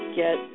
get